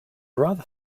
rather